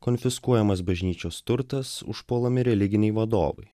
konfiskuojamas bažnyčios turtas užpuolami religiniai vadovai